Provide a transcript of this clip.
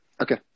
Okay